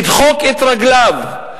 לדחוק את רגליו,